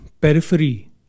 periphery